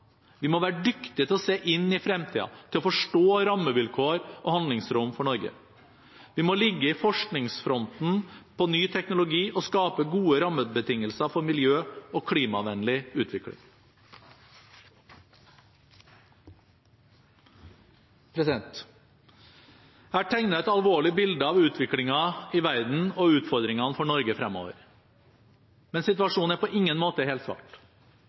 Vi må være dyktige til å se inn i fremtiden, til å forstå rammevilkår og handlingsrom for Norge. Vi må ligge i forskningsfronten på ny teknologi og skape gode rammebetingelser for en miljø- og klimavennlig utvikling. Jeg har tegnet et alvorlig bilde av utviklingen i verden og utfordringene for Norge fremover. Men situasjonen er på ingen måte